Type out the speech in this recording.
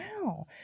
wow